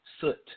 Soot